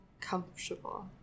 comfortable